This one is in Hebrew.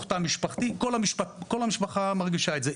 תא משפחתי כל המשפחה מרגישה את זה.